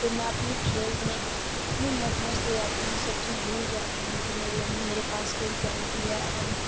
تو میں اپنی کھیل میں اتنی مد مست ہو جاتی ہوں سب چیز بھول جاتی ہوں کہ میرے میرے پاس کوئی غم بھی ہے اور